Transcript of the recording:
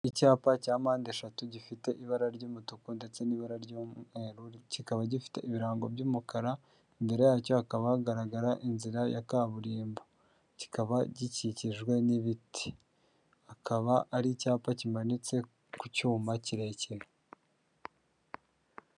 Icyapa cya mpande eshatu gifite ibara ry'umutuku ndetse n'ibara ry'umweru kikaba gifite ibirango by'umukara imbere yacyo hakaba hagaragara inzira ya kaburimbo kikaba gikikijwe n'ibiti kiba ari icyapa kimanitse ku cyuma kirekire.